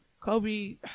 kobe